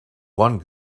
one